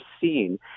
seen